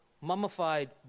mummified